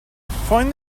find